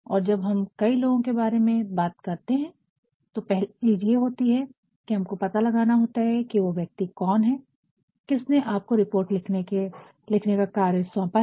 और जब हम कई लोगो की बारे में बात करते है तो पहली चीज़ ये होती है कि हमको पता लगाना होता है कि वो व्यक्ति कौन है किसने आपको रिपोर्ट लिखने का कार्य सौंपा है